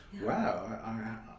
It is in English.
wow